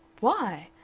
why?